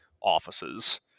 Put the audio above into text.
offices